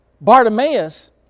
Bartimaeus